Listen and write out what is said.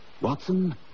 Watson